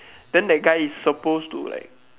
then that guy is supposed to like